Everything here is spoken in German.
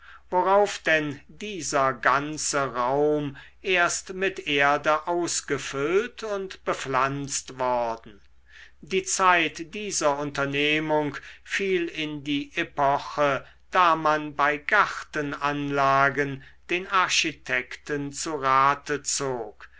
worauf denn dieser ganze raum erst mit erde ausgefüllt und bepflanzt worden die zeit dieser unternehmung fiel in die epoche da man bei gartenanlagen den architekten zu rate zog